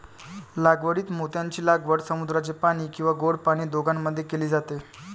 लागवडीत मोत्यांची लागवड समुद्राचे पाणी किंवा गोड पाणी दोघांमध्ये केली जाते